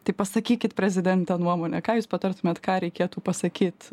tai pasakykit prezidente nuomonę ką jūs patartumėt ką reikėtų pasakyt